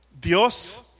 Dios